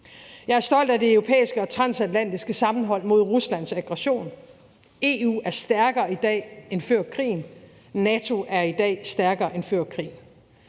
Jeg er stolt af det europæiske og transatlantiske sammenhold mod Ruslands aggression. EU er stærkere i dag end før krigen, og NATO er i dag stærkere end før krigen.